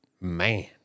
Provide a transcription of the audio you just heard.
Man